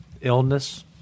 illness